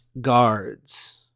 guards